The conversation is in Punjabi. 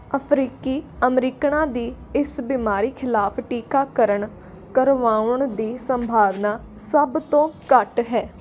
ਅਫਰੀਕੀ ਅਮਰੀਕਨਾਂ ਦੀ ਇਸ ਬਿਮਾਰੀ ਖਿਲਾਫ਼ ਟੀਕਾਕਰਣ ਕਰਵਾਉਣ ਦੀ ਸੰਭਾਵਨਾ ਸਭ ਤੋਂ ਘੱਟ ਹੈ